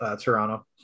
Toronto